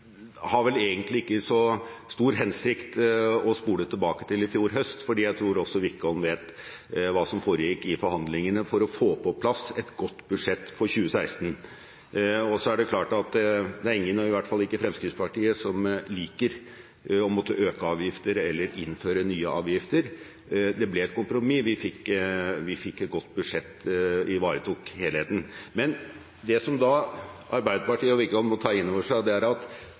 har vel egentlig ikke så stor hensikt å spole tilbake til i fjor høst, for jeg tror også Wickholm vet hva som foregikk i forhandlingene for å få på plass et godt budsjett for 2016. Så er det klart at det er ingen, og i hvert fall ikke Fremskrittspartiet, som liker å måtte øke avgifter eller innføre nye avgifter. Det ble et kompromiss, vi fikk et godt budsjett og ivaretok helheten. Men det som Arbeiderpartiet og Wickholm må ta inn over seg, er at